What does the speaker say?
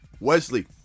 Wesley